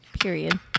Period